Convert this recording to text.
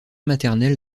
maternel